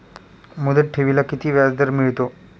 मुदत ठेवीला किती व्याजदर मिळतो?